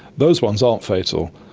those ones aren't fatal,